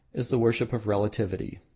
is the worship of relativity.